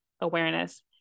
awareness